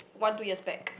one two years back